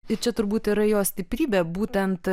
ir čia turbūt yra jo stiprybė būtent